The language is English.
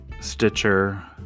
Stitcher